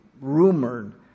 rumored